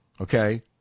okay